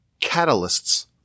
catalysts